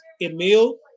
emil